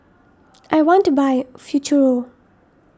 I want to buy Futuro